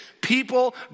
people